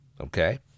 Okay